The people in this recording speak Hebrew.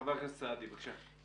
חבר הכנסת סעדי, בבקשה.